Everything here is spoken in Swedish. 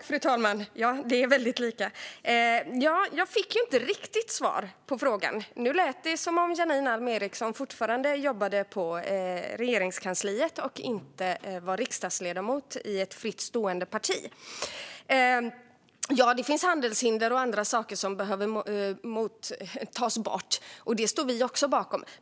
Fru talman! Jag fick inte riktigt svar på frågan. Nu lät det som om Janine Alm Ericson fortfarande jobbade på Regeringskansliet och inte var riksdagsledamot i ett fritt stående parti. Det finns handelshinder och andra saker som behöver tas bort, och detta står vi också bakom.